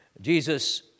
Jesus